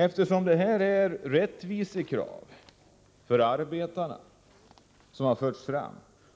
Eftersom det är rättvisekrav för arbetarna som har förts fram